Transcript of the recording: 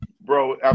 bro